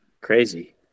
crazy